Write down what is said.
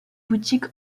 boutique